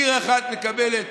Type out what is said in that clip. עיר אחת מקבלת